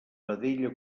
vedella